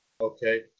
Okay